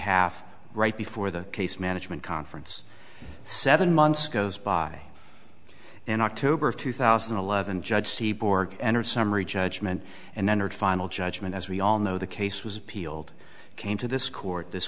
behalf right before the case management conference seven months goes by in october of two thousand and eleven judge seaboard entered summary judgment and entered final judgment as we all know the case was appealed came to this court this